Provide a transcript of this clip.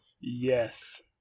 Yes